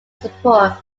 support